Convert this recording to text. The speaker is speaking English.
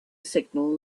signal